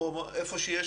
או איפה שיש